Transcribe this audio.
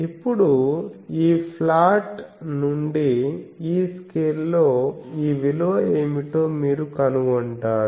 ఇప్పుడు ఈ ప్లాట్ నుండి ఈ స్కేల్లో ఈ విలువ ఏమిటో మీరు కనుగొంటారు